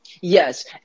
Yes